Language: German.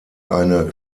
eine